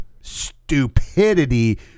stupidity